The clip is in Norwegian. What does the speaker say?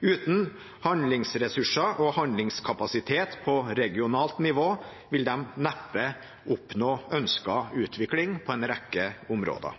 Uten handlingsressurser og handlingskapasitet på regionalt nivå vil de neppe oppnå ønsket utvikling på en rekke områder.